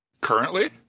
Currently